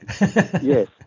Yes